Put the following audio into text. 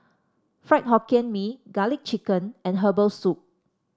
Fried Hokkien Mee garlic chicken and Herbal Soup